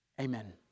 Amen